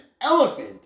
elephant